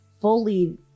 fully